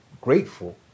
grateful